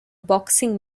boxing